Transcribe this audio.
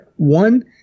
one